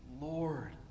Lord